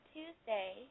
Tuesday